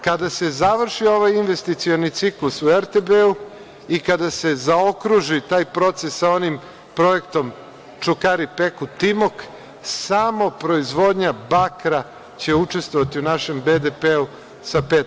Kada se završi ovaj investicioni ciklus u RTB i kada se zaokruži taj proces sa onim projektom „Čukari peki Timok“ samo proizvodnja bakra će učestvovati u našem BDP sa 5%